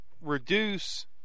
reduce